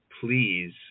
Please